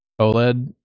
OLED